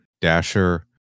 Dasher